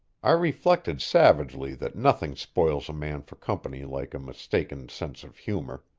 i reflected savagely that nothing spoils a man for company like a mistaken sense of humor.